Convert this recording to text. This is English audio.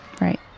Right